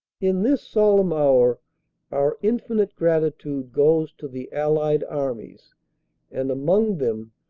in this solemn hour our infinite gratitude goes to the allied armies and, among them,